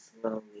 slowly